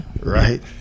Right